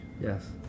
Yes